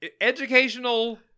Educational